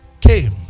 came